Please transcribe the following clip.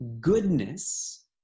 goodness